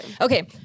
Okay